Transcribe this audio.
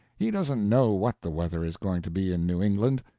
he doesn't know what the weather is going to be in new england.